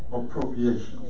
appropriation